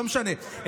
לא משנה.